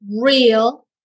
real